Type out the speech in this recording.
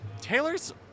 Taylor's